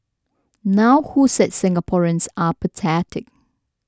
now who said Singaporeans are apathetic